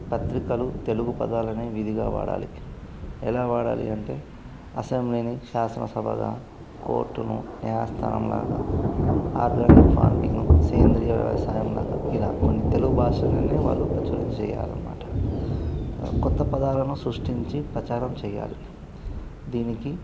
పత్రికలు తెలుగు పదాలనే విధిగా వాడాలి ఎలా వాడాలి అంటే అసెంబ్లీని శాసన సభగా కోర్టును న్యాయస్థానం లాగా ఆర్గానిక్ ఫార్మింగ్ను సేంద్రియ వ్యవసాయం లాగా కొన్ని తెలుగుభాషలోనే వాళ్ళు ప్రచురణ చెయ్యాలనమాట తర్వా కొత్త పదాలను సృష్టించి ప్రచారం చెయ్యాలి దీనికి